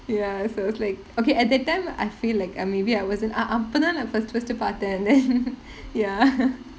ya so it's like okay at that time I feel like ah maybe I wasn't ah ah அப்ப தான் நான்:appa thaan naan first first டு பார்த்தன்:du paarthaan and then ya